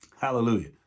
Hallelujah